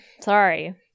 Sorry